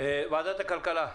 ועדת הכלכלה,